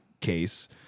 case